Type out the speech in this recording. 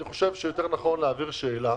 אני חושב שיותר נכון להעביר שאלה.